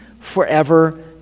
forever